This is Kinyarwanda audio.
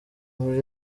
muri